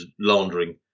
laundering